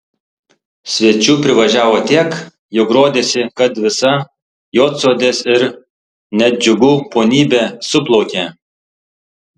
svečių privažiavo tiek jog rodėsi kad visa juodsodės ir net džiugų ponybė suplaukė